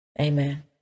Amen